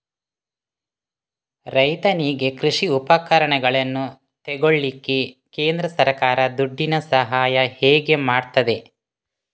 ರೈತನಿಗೆ ಕೃಷಿ ಉಪಕರಣಗಳನ್ನು ತೆಗೊಳ್ಳಿಕ್ಕೆ ಕೇಂದ್ರ ಸರ್ಕಾರ ದುಡ್ಡಿನ ಸಹಾಯ ಹೇಗೆ ಮಾಡ್ತದೆ?